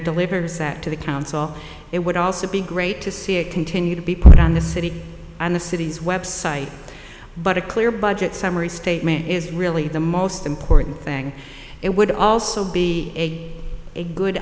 delivers that to the council it would also be great to see it continue to be put on the city and the city's website but a clear budget summary statement is really the most important thing it would also be a good